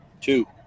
two